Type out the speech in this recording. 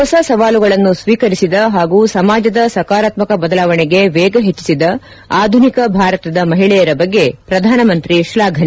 ಹೊಸ ಸವಾಲುಗಳನ್ನು ಸ್ಲೀಕರಿಸಿದ ಹಾಗೂ ಸಮಾಜದ ಸಕಾರಾತ್ಮಕ ಬದಲಾವಣೆಗೆ ವೇಗ ಹೆಚ್ಚಿಸಿದ ಆಧುನಿಕ ಭಾರತದ ಮಹಿಳೆಯರ ಬಗ್ಗೆ ಪ್ರಧಾನಮಂತಿ ಶ್ಲಾಘನೆ